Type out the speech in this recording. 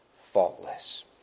faultless